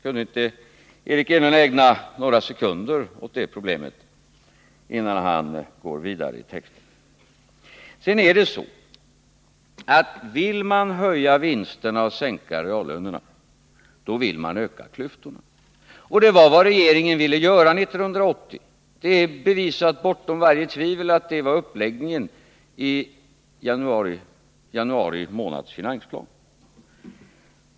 Kunde inte Eric Enlund ägna några sekunder åt det problemet innan han går vidare i texten? Sedan är det så, att vill man höja vinsterna och sänka reallönerna, då vill man också öka klyftorna. Det var vad regeringen ville göra 1980. Det är bevisat bortom varje tvivel att detta var uppläggningen i januari månads finansplan.